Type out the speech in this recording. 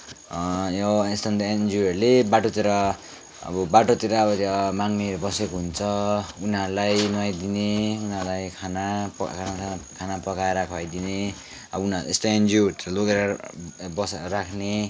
यो यस्तो अन्त एनजिओहरूले बाटातिर बाटातिर माग्नेहरू बसेका हुन्छ उनीहरूलाई नुहाइदिने उनीहरूलाई खाना पकाएर खुवाइदिने यस्ता एनजिओहरूतिर लगेर राख्ने